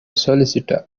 solicitor